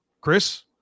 Chris